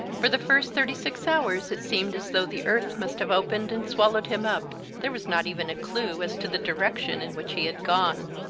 for the first thirty-six hours it seemed as though the earth must have opened and swallowed him up there was not even a clue as to the direction in which he had gone.